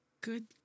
good